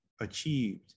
achieved